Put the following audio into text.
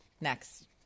next